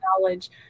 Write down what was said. knowledge